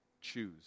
choose